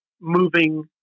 moving